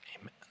amen